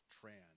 trans